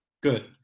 good